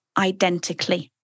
Identically